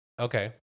Okay